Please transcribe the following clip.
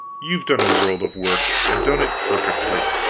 you've done a world of work, and done it perfectly.